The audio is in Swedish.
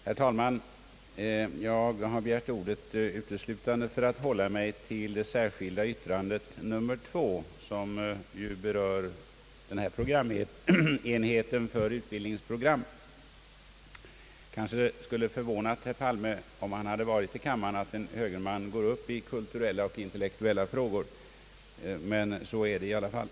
Herr talman! Jag har begärt ordet uteslutande för att hålla mig till det särskilda yttrandet nr 2, som ju berör utbildningsprogrammen. Det kanske skulle förvånat herr Palme, om han varit i kammaren, att en högerman går upp i kulturella och intellektuella frågor, men så är det i alla fall.